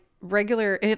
regular